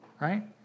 Right